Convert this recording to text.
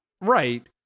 right